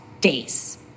days